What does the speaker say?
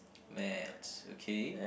Maths okay